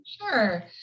Sure